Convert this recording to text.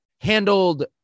handled